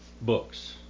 books